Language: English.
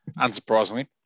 unsurprisingly